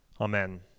Amen